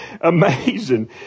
Amazing